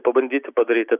pabandyti padaryti